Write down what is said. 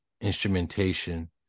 instrumentation